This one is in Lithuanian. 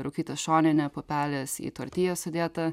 rūkyta šoninė pupelės į tortiją sudėta